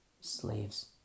Slaves